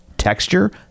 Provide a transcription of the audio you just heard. Texture